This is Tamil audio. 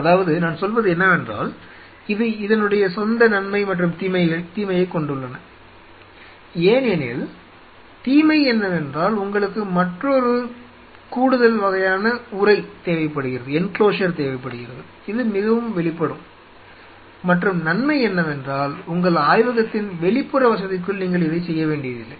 அதாவது நான் சொல்வது என்னவென்றால் இது இதனுடைய சொந்த நன்மை மற்றும் தீமையைக் கொண்டுள்ளன ஏனெனில் தீமை என்னவென்றால் உங்களுக்கு மற்றொரு கூடுதல் வகையான உறை தேவைப்படுகிறது இது மிகவும் வெளிப்படும் மற்றும் நன்மை என்னவென்றால் உங்கள் ஆய்வகத்தின் வெளிப்புற வசதிக்குள் நீங்கள் இதைச் செய்ய வேண்டியதில்லை